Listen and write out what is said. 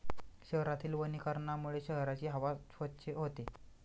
शहरातील वनीकरणामुळे शहराची हवा स्वच्छ होते